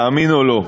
תאמין או לא.